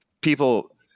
People